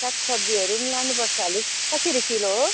सागसब्जीहरू पनि लानुपर्छ अलिक कसरी किलो हो